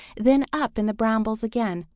then up in the brambles again,